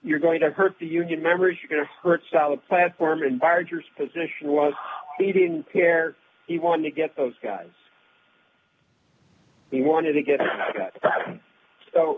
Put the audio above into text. you're going to hurt the union members are going to hurt solid platform and barges position was he didn't care he wanted to get those guys he wanted to get